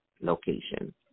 location